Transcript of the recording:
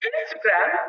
Instagram